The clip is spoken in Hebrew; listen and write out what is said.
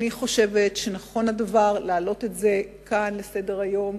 אני חושבת שנכון להעלות את זה כאן לסדר-היום,